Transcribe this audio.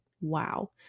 Wow